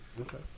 okay